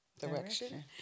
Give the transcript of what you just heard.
Direction